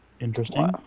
Interesting